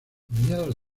mediados